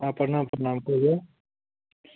हँ प्रणाम प्रणाम कहिऔ